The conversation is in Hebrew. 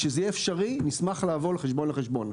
כשזה יהיה אפשרי, נשמח לעבור מחשבון לחשבון.